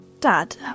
Dad